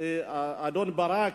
אדון ברק,